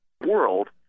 world